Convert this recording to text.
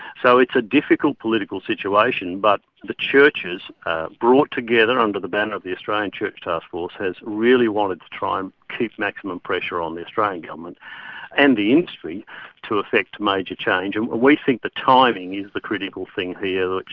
so it's a difficult political situation but the churches brought together under the banner of the australian church task force has really wanted to try and keep maximum pressure on the australian government and the industry to effect major change. and we think the timing is the critical thing here,